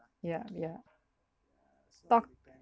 yeah yeah talk